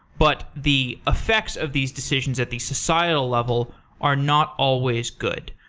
but the effects of these decisions at the societal level are not always good.